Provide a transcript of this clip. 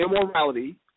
immorality